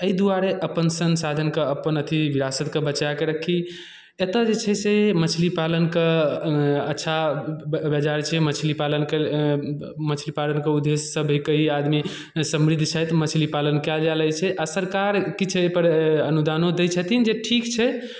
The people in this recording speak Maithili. एहि दुआरे अपन संसाधनकेँ अपन अथि विरासतकेँ बचा कऽ राखी एतय जे छै से मछली पालनके अच्छा ब बाजार छै मछली पालनके मछली पालनके उद्देश्यसँ भी कई आदमी समृद्ध छथि मछली पालनके कयल जा रहल छै आ सरकार किछु एहिपर अनुदानो दै छथिन जे ठीक छै